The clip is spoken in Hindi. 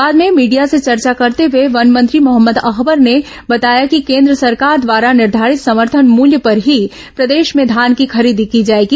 बाद में मीडिया से चर्चा करते हुए वन मंत्री मोहम्मद अकबर ने बताया कि केन्द्र सरकार द्वारा निर्घारित समर्थन मूल्य पर ही प्रदेश में धान की खरीदी की जाएगी